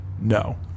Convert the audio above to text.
no